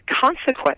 consequence